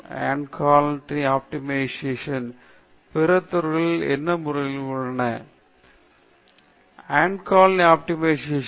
இயற்கை பார்க்க இது biomimetics biomimicry genetic algorithms and colony optimization bombardier beetle action bombardier and colony optimisation